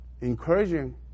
encouraging